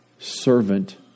servant